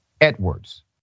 Edwards